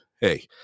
Hey